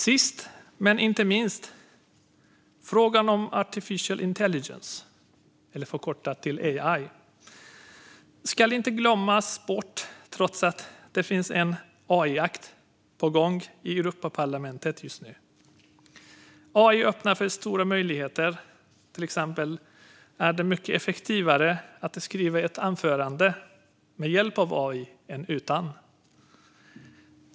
Sist, men inte minst, ska frågan om artificiell intelligens, AI, inte glömmas bort trots att det finns en AI-akt på gång i Europaparlamentet just nu. AI öppnar för stora möjligheter. Till exempel är det mycket effektivare att skriva ett anförande med hjälp av AI än utan.